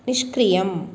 निष्क्रियम्